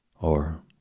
or